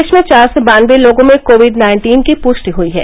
देश में चार सौ बानबे लोगों में कोविड नाइन्दीन की पुष्टि हुई है